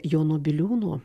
jono biliūno